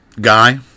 guy